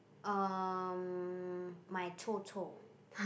um my chou-chou